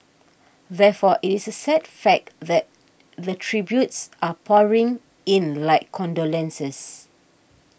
therefore it is a sad fact that the tributes are pouring in like condolences